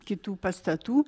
kitų pastatų